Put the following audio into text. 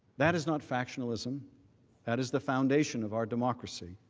that is not factionalism that is the foundation of our democracy